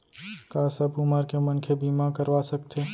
का सब उमर के मनखे बीमा करवा सकथे?